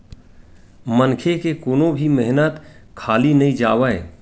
मनखे के कोनो भी मेहनत खाली नइ जावय